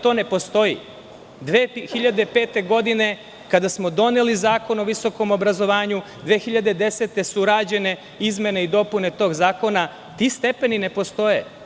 To ne postoji, 2005. godine kada smo doneli Zakon o visokom obrazovanju, a 2010. godine su rađene izmene i dopune tog zakona, ti stepeni ne postoje.